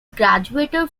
graduated